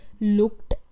looked